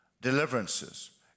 deliverances